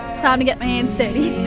time to get my and